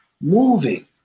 moving